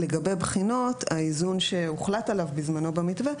לגבי בחינות האיזון שהוחלט עליו בזמנו במתווה,